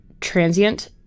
transient